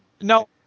No